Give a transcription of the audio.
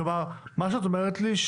מה שאת אומרת לי,